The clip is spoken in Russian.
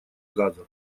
газа